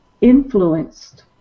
influenced